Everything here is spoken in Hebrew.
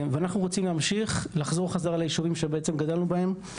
ואנחנו רוצים להמשיך לחזור חזרה לישובים שגדלנו בהם,